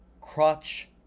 Crotch